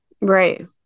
Right